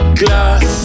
glass